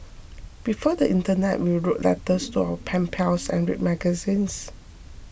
before the internet we wrote letters to our pen pals and read magazines